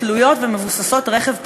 תלויות ומבוססות רכב פרטי,